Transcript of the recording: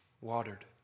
Watered